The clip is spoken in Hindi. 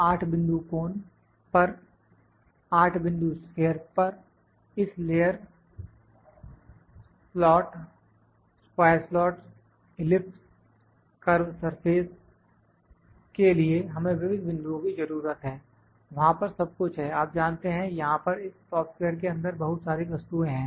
8 बिंदु कोन पर 8 बिंदु स्फियर पर इस layer slot square slots ellipse curve surface के लिए हमें विविध बिंदुओं की जरूरत है वहां पर सब कुछ है आप जानते हैं यहां पर इस सॉफ्टवेयर के अंदर बहुत सारी वस्तुएं हैं